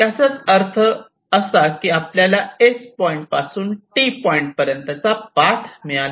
याचाच अर्थ आपल्याला S पॉईंट पासून T पॉइंट पर्यंत पाथ मिळाला